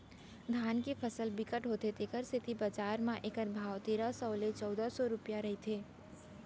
धान के फसल बिकट होथे तेखर सेती बजार म एखर भाव तेरा सव ले चउदा सव रूपिया रहिथे